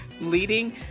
Leading